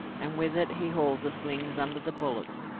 and with it he hauled the slings under the bullocks,